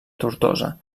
tortosa